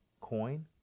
coin